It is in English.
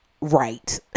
Right